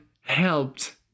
helped